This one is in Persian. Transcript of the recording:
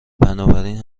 بنابراین